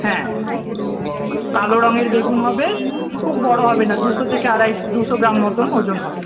হ্যাঁ কালো রঙের বেগুন হবে খুব বড়ো হবে না দুশো থেকে আড়াই দুশো গ্রাম মতন ওজন হবে